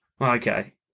Okay